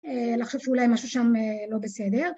לחשוב שאולי משהו שם לא בסדר